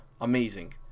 amazing